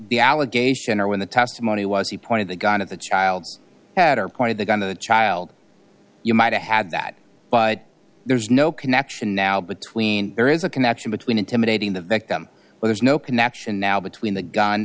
the allegation or when the testimony was he pointed the gun at the child's head or pointed the gun to the child you might have had that but there's no connection now between there is a connection between intimidating the victim there's no connection now between the gun